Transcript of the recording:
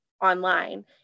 online